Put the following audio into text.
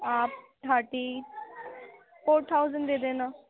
آپ thirty four thousand دے دینا